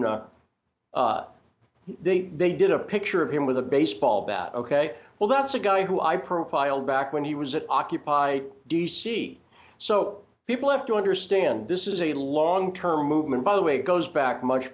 g they they did a picture of him with a baseball bat ok well that's a guy who i profiled back when he was at occupy d c so people have to understand this is a long term movement by the way goes back much